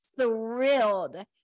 thrilled